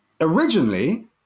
Originally